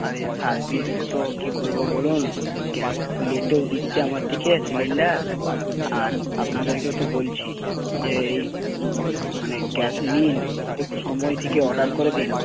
আরে সার্ভিস তো কী করব বলুন গ্যাস লেটেও দিচ্ছে আমাদেরকে সিলিন্ডার আর আপনাদেরকে তো বলছি যে এই মানে গ্যাস নিন একটু সময় থেকে অর্ডার করে দিন